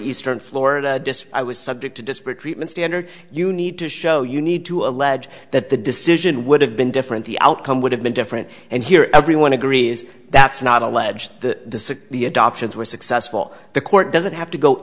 eastern florida i was subject to disparate treatment standard you need to show you need to allege that the decision would have been different the outcome would have been different and here everyone agrees that's not alleged the the adoptions were successful the court doesn't have to go